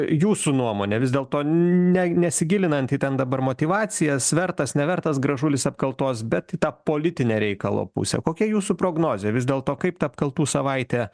jūsų nuomone vis dėlto ne nesigilinant į ten dabar motyvacijas vertas nevertas gražulis apkaltos bet į tą politinę reikalo pusę kokia jūsų prognozė vis dėlto kaip ta apkaltų savaitė